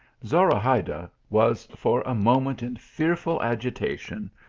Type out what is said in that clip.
zorahayda was for a moment in fearful agitation,